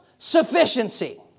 Sufficiency